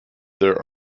there